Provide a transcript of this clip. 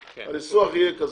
הניסוח יהיה כזה,